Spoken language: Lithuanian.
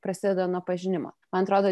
prasideda nuo pažinimo man atrodo